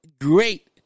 great